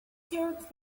served